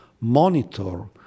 monitor